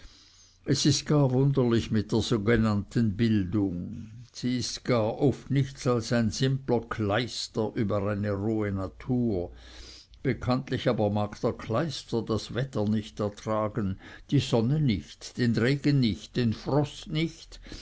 es ist gar wunderlich mit der sogenannten bildung sie ist gar oft nichts als ein simpler kleister über eine rohe natur bekanntlich aber mag der kleister das wetter nicht ertragen die sonne nicht den regen nicht den frost nicht